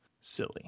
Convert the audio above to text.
silly